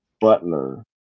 Butler